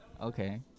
Okay